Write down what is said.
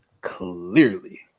clearly